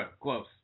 close